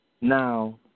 Now